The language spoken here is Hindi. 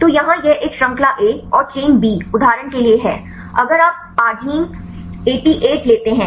तो यहाँ यह एक श्रृंखला ए और चेन बी उदाहरण के लिए है अगर आप 88 आर्गिनिन लेते हैं